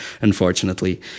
unfortunately